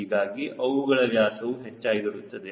ಹೀಗಾಗಿ ಅವುಗಳ ವ್ಯಾಸವು ಹೆಚ್ಚಾಗಿರುತ್ತದೆ